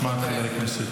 נשמע את חבר הכנסת.